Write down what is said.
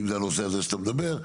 אם זה הנושא שאתה מדבר.